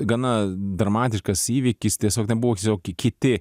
gana dramatiškas įvykis tiesiog ten buvo tiesiog kiti